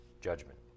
judgment